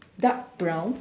dark brown